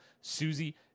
Susie